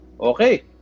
okay